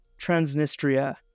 Transnistria